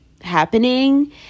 happening